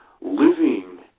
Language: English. Living